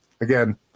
again